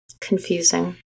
Confusing